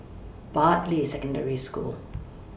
Bartley Secondary School